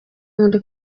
muri